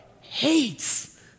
hates